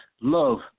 love